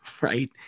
Right